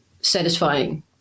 satisfying